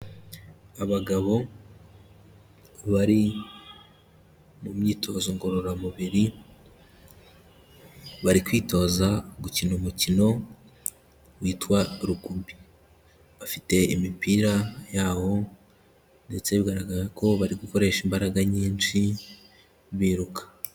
Abagabo bari mu myitozo ngororamubiri, bari kwitoza gukina umukino witwa Rugby, bafite imipira yawo ndetse bigaragara ko bari gukoresha imbaraga nyinshi biruka.